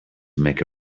make